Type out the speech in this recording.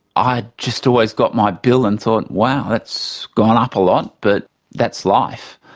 i just always got my bill and thought, wow, that's gone up a lot, but that's life.